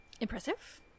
impressive